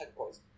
checkpoints